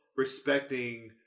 Respecting